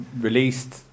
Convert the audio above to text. released